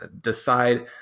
decide